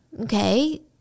okay